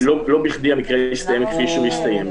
ולכן לא בכדי המקרה הסתיים כפי שהוא הסתיים.